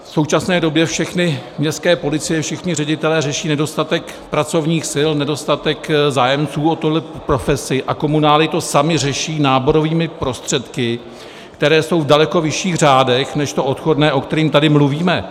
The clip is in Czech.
V současné době všechny městské policie, všichni ředitelé řeší nedostatek pracovních sil, nedostatek zájemců o tuto profesi a komunály to samy řeší náborovými prostředky, které jsou daleko vyšší v řádech než to odchodné, o kterém tady mluvíme.